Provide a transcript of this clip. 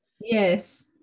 yes